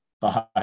Bye